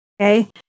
okay